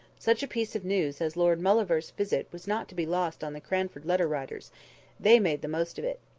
such a piece of news as lord mauleverer's visit was not to be lost on the cranford letter-writers they made the most of it.